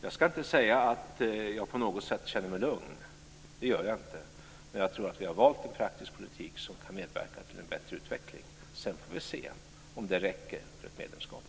Jag ska inte säga att jag på något sätt känner mig lugn. Det gör jag inte. Men jag tror att vi har valt en praktisk politik som kan medverka till en bättre utveckling. Sedan får vi se om det räcker för ett medlemskap.